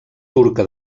turca